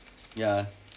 ya